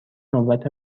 نوبت